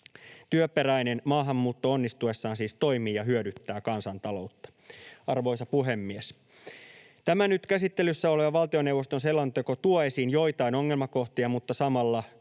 Työperäinen maahanmuutto onnistuessaan siis toimii ja hyödyttää kansantaloutta. Arvoisa puhemies! Tämä nyt käsittelyssä oleva valtioneuvoston selonteko tuo esiin joitain ongelmakohtia, mutta samalla